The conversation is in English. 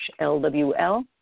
lwl